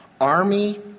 army